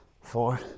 Four